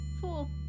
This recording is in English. Four